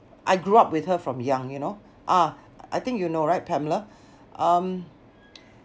I grew up with her from young you know ah I think you know right pamela um